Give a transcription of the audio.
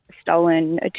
Stolen